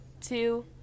two